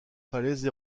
falaises